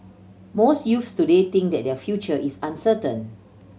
most youths today think that their future is uncertain